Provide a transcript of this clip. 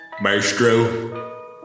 Maestro